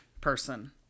person